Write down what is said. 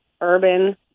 Urban